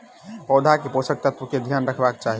पौधा के पोषक तत्व के ध्यान रखवाक चाही